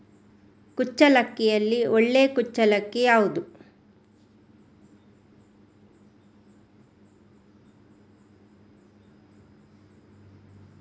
ಕುಚ್ಚಲಕ್ಕಿಯಲ್ಲಿ ಒಳ್ಳೆ ಕುಚ್ಚಲಕ್ಕಿ ಯಾವುದು?